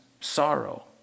sorrow